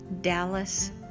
Dallas